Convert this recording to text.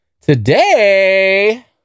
Today